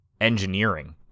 engineering